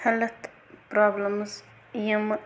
health problems یِمہٕ